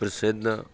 ਪ੍ਰਸਿੱਧ